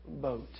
boat